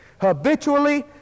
habitually